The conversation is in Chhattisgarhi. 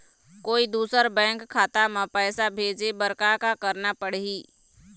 कोई दूसर बैंक खाता म पैसा भेजे बर का का करना पड़ही?